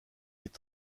est